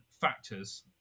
factors